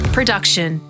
Production